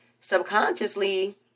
subconsciously